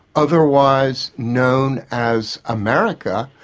otherwise known as amerika,